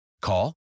Call